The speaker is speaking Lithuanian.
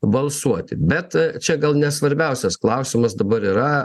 balsuoti bet čia gal ne svarbiausias klausimas dabar yra